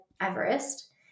Everest